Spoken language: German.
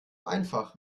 einfach